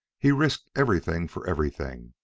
he risked everything for everything,